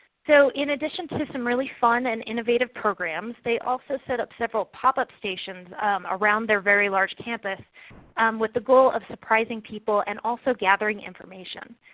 so in addition to some really fun and innovative programs, they also set up several pop up stations around their very large campus with the goal of surprising people, and also gathering information.